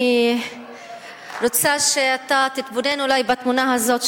אני רוצה שאתה תתבונן אולי בתמונה הזאת,